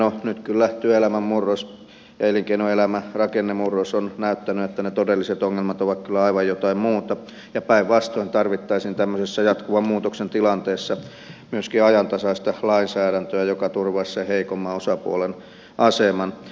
no nyt kyllä työelämän murros ja elinkeinoelämän rakennemurros ovat näyttäneet että ne todelliset ongelmat ovat kyllä aivan jotain muuta ja päinvastoin tarvittaisiin tämmöisessä jatkuvan muutoksen tilanteessa myöskin ajantasaista lainsäädäntöä joka turvaisi sen heikomman osapuolen aseman